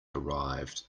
arrived